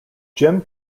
jin